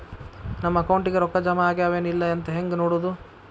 ನಮ್ಮ ಅಕೌಂಟಿಗೆ ರೊಕ್ಕ ಜಮಾ ಆಗ್ಯಾವ ಏನ್ ಇಲ್ಲ ಅಂತ ಹೆಂಗ್ ನೋಡೋದು?